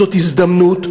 זאת הזדמנות,